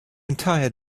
entire